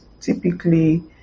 typically